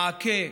מעקה,